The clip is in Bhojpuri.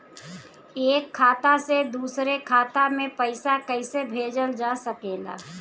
एक खाता से दूसरे खाता मे पइसा कईसे भेजल जा सकेला?